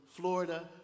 Florida